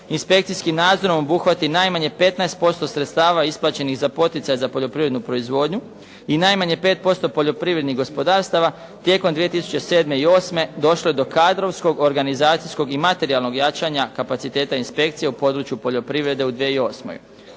inspekcijskim nadzorom obuhvati najmanje 15% sredstava isplaćenih za poticaj za poljoprivrednu proizvodnju i najmanje 5% poljoprivrednih gospodarstava tijekom 2007. i 2008. došlo je do kadrovskog, organizacijskog i materijalnog jačanja kapaciteta inspekcije u području poljoprivrede u 2008.